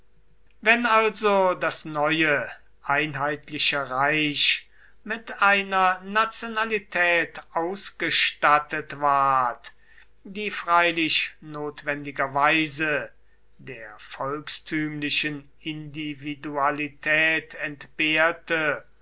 wenn also das neue einheitliche reich mit einer nationalität ausgestattet ward die freilich notwendigerweise der volkstümlichen individualität entbehrte